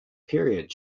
period